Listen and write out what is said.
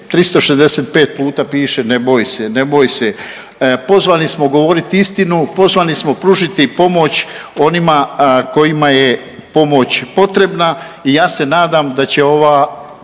365 puta piše ne boj se, ne boj se. Pozvani smo govoriti istinu, pozvani smo pružiti pomoć onima kojima je pomoć potrebna i ja se nadam da će ova